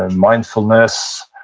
and mindfulness,